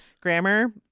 grammar